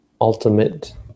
ultimate